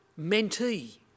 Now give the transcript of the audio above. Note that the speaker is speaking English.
mentee